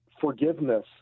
forgiveness